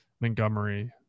Montgomery